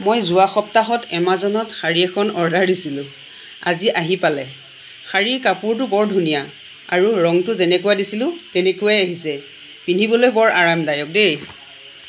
মই যোৱা সপ্তাহত এমাজেনত শাৰী এখন অৰ্ডাৰ দিছিলোঁ আজি আহি পালে শাৰীৰ কাপোৰটো বৰ ধুনীয়া আৰু ৰঙটো যেনেকুৱা দিছিলোঁ তেনেকুৱাই আহিছে পিন্ধিবলৈ বৰ আৰামদায়ক দেই